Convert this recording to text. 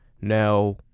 Now